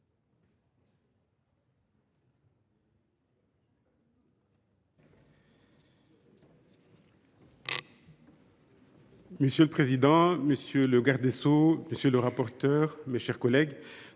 Monsieur le président, monsieur le garde des sceaux, monsieur le rapporteur, mes chers collègues,